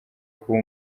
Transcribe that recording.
kuba